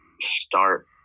start